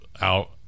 out